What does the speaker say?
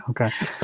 okay